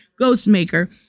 Ghostmaker